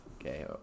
okay